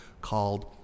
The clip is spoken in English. called